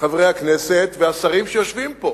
חברי הכנסת והשרים שיושבים פה?